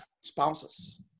spouses